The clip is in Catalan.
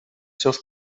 seus